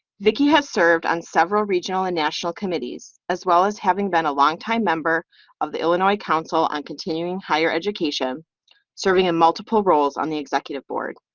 vicki has served on several regional and national committees as well as having been a longtime member of the illinois council on continuing higher education serving in multiple roles on the executive board.